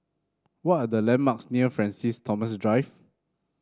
what are the landmarks near Francis Thomas Drive